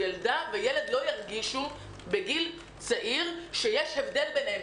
ילדה וילד לא ירגישו בגיל צעיר שיש הבדל ביניהם.